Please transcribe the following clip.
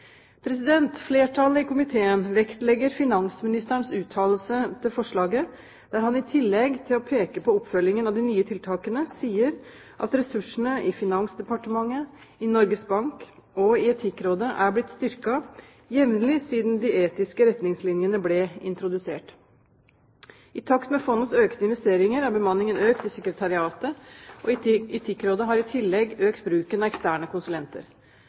Flertallet i komiteen vektlegger finansministerens uttalelse til forslaget, der han, i tillegg til å peke på oppfølgingen av de nye tiltakene, sier at ressursene i Finansdepartementet, i Norges Bank og i Etikkrådet er blitt styrket jevnlig siden de etiske retningslinjene ble introdusert. I takt med fondets økte investeringer er bemanningen økt i sekretariatet, og Etikkrådet har i tillegg økt bruken av eksterne konsulenter.